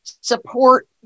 support